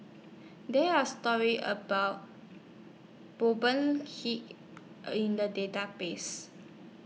There Are stories about Kee in The Database